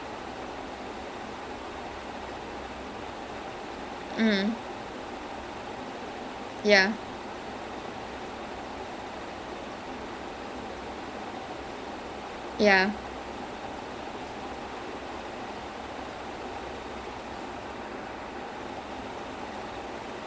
so anushkashakma will she'll be a handicap lady okay she'll have cerebral palsy or something so wheelchair like she'll be she can't really talk at all then shanmugam is a midget in the movie so he'll will try to romance her okay then there's this one song so in that one song they will get some kids and all to dance with him